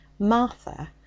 Martha